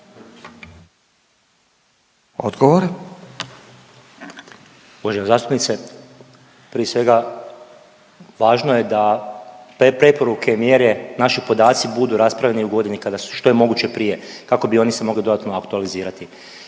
Darijo** Uvažena zastupnice, prije svega važno je da preporuke, mjere, naši podaci budu raspravljeni u godini kada su što je moguće prije kako bi oni se mogli dodatno aktualizirati.